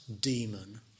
demon